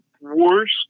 worst